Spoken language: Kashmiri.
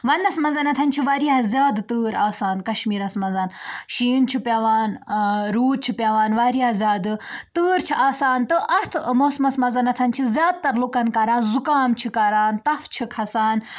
وَنٛدَس منٛزَنتھ چھِ واریاہ زیادٕ تۭر آسان کَشمیٖرَس مَنٛز شیٖن چھُ پٮ۪وان روٗد چھُ پٮ۪وان واریاہ زیادٕ تۭر چھِ آسان تہٕ اَتھ موسمَس مَنٛزَنتھ چھِ زیادٕ تَر لُکَن کَران زُکام چھِ کَران تَپھ چھِ کھَسان